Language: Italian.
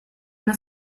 una